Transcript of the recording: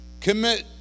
commit